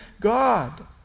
God